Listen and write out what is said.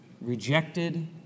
rejected